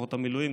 כוחות המילואים,